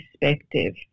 perspective